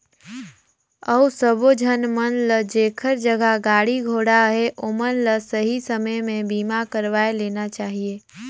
अउ सबो झन मन ल जेखर जघा गाड़ी घोड़ा अहे ओमन ल सही समे में बीमा करवाये लेना चाहिए